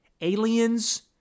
Aliens